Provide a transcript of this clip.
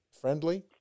friendly